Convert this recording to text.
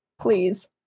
Please